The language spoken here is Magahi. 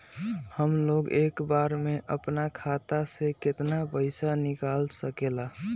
हमलोग एक बार में अपना खाता से केतना पैसा निकाल सकेला?